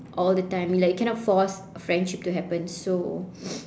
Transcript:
all the time you like you cannot force a friendship to happen so